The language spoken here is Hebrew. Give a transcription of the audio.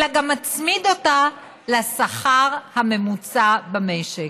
אלא גם מצמיד אותה לשכר הממוצע במשק.